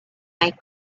make